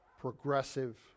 progressive